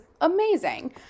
amazing